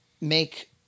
Make